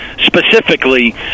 specifically